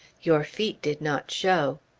your feet did not show!